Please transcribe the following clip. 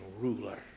Ruler